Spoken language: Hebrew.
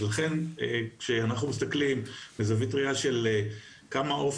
לכן כשאנחנו מסתכלים בזווית ראייה של כמה עוף